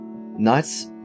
Nice